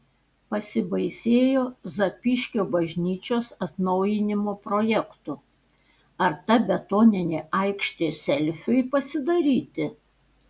pasibaisėjo zapyškio bažnyčios atnaujinimo projektu ar ta betoninė aikštė selfiui pasidaryti